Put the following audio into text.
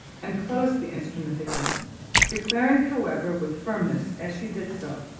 and closed the instrument again declaring however with firmness as she did so,